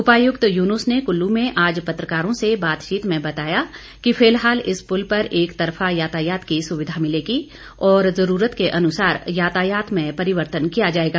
उपायुक्त युनूस ने कुल्लू में आज पत्रकारों से बातचीत में बताया कि फिलहाल इस पुल पर एक तरफा यातायात की सुविधा मिलेगी और जरूरत के अनुसार यातायात में परिवर्तन किया जाएगा